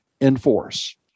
enforce